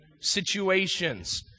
situations